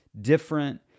different